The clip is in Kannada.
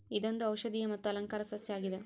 ಇದೊಂದು ಔಷದಿಯ ಮತ್ತು ಅಲಂಕಾರ ಸಸ್ಯ ಆಗಿದೆ